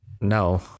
No